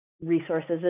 resources